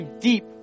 deep